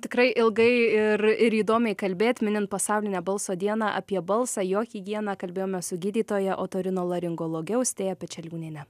tikrai ilgai ir ir įdomiai kalbėt minint pasaulinę balso dieną apie balsą jo higieną kalbėjomės su gydytoja otorinolaringologe austėja pečeliūniene